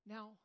Now